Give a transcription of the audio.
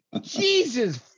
jesus